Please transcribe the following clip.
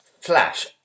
flash